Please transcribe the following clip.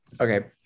Okay